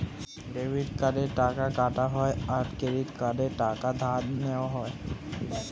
debit কার্ডে টাকা কাটা হয় আর ক্রেডিট কার্ডে টাকা ধার নেওয়া হয়